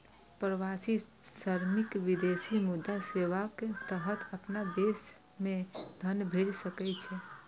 प्रवासी श्रमिक विदेशी मुद्रा सेवाक तहत अपना देश मे धन भेज सकै छै